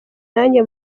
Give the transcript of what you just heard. nanjye